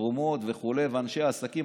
התרומות וכו' ואנשי העסקים,